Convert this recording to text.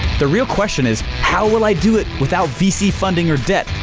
the real question is, how will i do it without vc funding or debt?